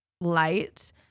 light